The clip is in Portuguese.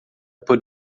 por